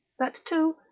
that two,